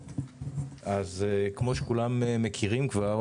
כמו שכולם מכירים כבר,